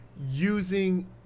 using